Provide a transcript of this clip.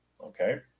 okay